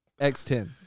X10